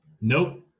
Nope